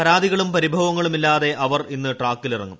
പരാതികളും പരിഭവങ്ങളുമില്ലാതെ അവർ ഇന്ന് ട്രാക്കിലിറങ്ങും